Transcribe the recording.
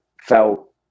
felt